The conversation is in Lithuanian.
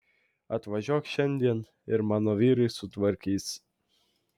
atvažiuok šiandien ir mano vyrai sutvarkys